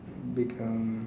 become